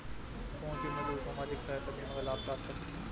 कौनसे मजदूर सामाजिक सहायता बीमा का लाभ प्राप्त कर सकते हैं?